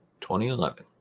2011